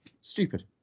Stupid